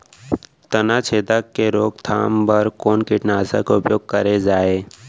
तनाछेदक के रोकथाम बर कोन कीटनाशक के उपयोग करे जाये?